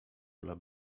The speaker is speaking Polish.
dla